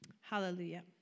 hallelujah